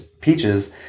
Peaches